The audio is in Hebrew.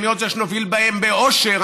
אני רוצה שנוביל בהן באושר,